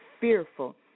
fearful